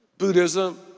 Buddhism